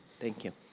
thank you.